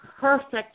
perfect